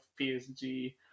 PSG